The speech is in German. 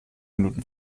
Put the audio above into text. minuten